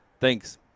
Thanks